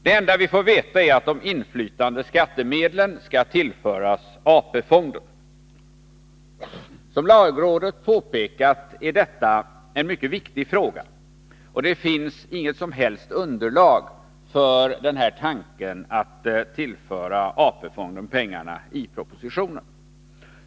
Det enda vi får veta är att de inflytande skattemedlen skall tillföras AP-fonden. Som lagrådet påpekat är detta en mycket viktig fråga, och det finns i propositionen inget som helst underlag för tanken att pengarna skall tillföras AP-fonden.